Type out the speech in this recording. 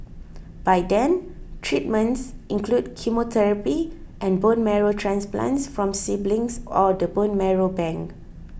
by then treatments include chemotherapy and bone marrow transplants from siblings or the bone marrow bank